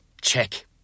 Check